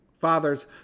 Fathers